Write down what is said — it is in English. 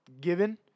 given